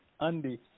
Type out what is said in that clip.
Andi